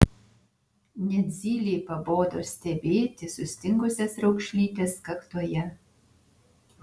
net zylei pabodo stebėti sustingusias raukšlytes kaktoje